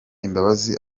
imbabazi